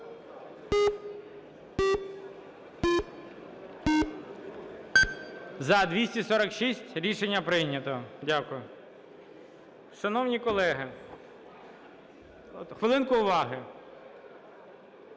За-246 Рішення прийнято. Дякую. Шановні колеги, хвилинку уваги.